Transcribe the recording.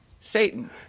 Satan